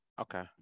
Okay